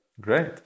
Great